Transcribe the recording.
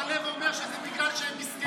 בר לב אומר שזה בגלל שהם מסכנים,